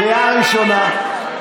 קריאה ראשונה.